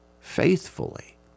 faithfully